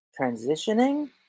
transitioning